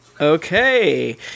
okay